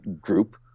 group